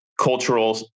cultural